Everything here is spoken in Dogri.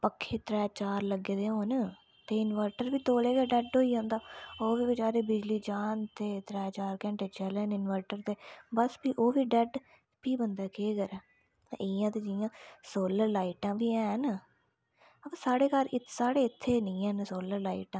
पक्खे त्रै चार लग्गे दे होन ते इन्वर्टर बी तोले गै डेड होई जंदा ओह् बी बेचारे बिजली जान ते त्रै चार घैंटे चलन इन्वर्टर ते बस फ्ही ओह् बी डेड फ्ही बंदा केह् करै इ'यां ते जियां सोलर लाइटां बी हैन आ साढ़ै घर साढ़े इत्थें नेईं हैन सोलर लइटां